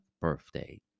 birthday